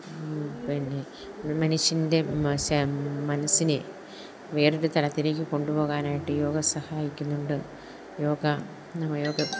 പിന്നെ മനുഷ്യൻ്റെ മനസ്സിനെ വേറൊരു തലത്തിലേക്ക് കൊണ്ടുപോകാനായിട്ട് യോഗ സഹായിക്കുന്നുണ്ട് യോഗ നമുക്ക്